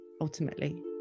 ultimately